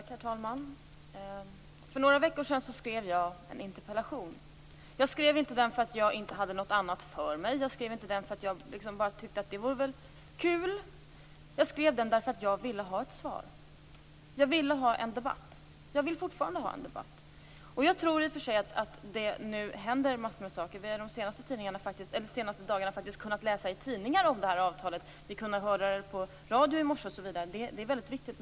Herr talman! För några veckor sedan skrev jag en interpellation. Jag skrev den inte för att jag inte hade något annat för mig. Jag skrev den inte för att jag bara tyckte att det vore kul. Jag skrev den därför att jag ville ha ett svar. Jag ville ha en debatt. Jag vill fortfarande ha en debatt. Jag tror i och för sig att det nu händer massor med saker. Vi har de senaste dagarna faktiskt kunnat läsa i tidningarna om det här avtalet. Vi kunde höra om det på radio i morse osv. Det är mycket viktigt.